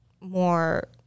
more